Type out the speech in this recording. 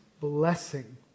blessing